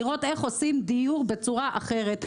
לראות איך עושים דיור בצורה אחרת.